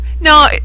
No